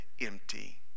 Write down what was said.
empty